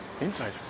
Inside